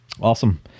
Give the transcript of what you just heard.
awesome